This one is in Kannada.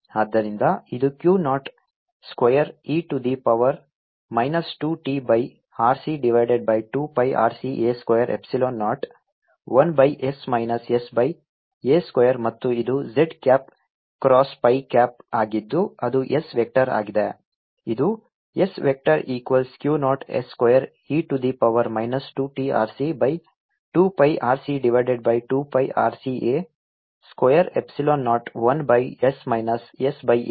ಆದ್ದರಿಂದ ಇದು Q naught square e to the power minus 2 t by RC divided by 2 pi RC a square epsilon naught 1 by s minus s by a square ಮತ್ತು ಇದು z cap cross phi cap ಆಗಿದ್ದು ಅದು s ವೆಕ್ಟರ್ ಆಗಿದೆ ಇದು s vector equals Q naught s square e to the power minus 2 t RC by 2 pi RC divided by 2 pi RC a square epsilon naught 1 by s minus s by a square ಮತ್ತು z cross phi minus r cap ಆಗಿದೆ